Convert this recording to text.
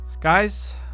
guys